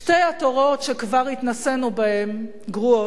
שתי התורות שכבר התנסינו בהן גרועות.